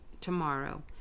tomorrow